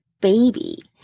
baby